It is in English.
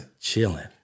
Chilling